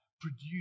produce